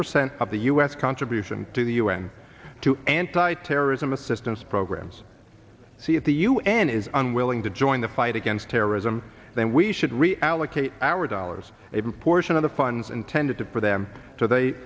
percent of the u s contribution to the un to anti terrorism assistance programs see if the un is unwilling to join the fight against terrorism then we should reallocate our dollars a proportion of the funds intended to put them so they